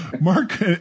Mark